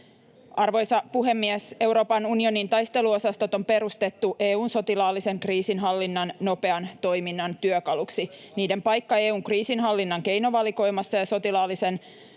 Arvoisa puhemies! Euroopan unionin taisteluosastot on perustettu EU:n sotilaallisen kriisinhallinnan nopean toiminnan työkaluksi. Niiden paikka EU:n kriisinhallinnan keinovalikoimassa ja sotilaallisten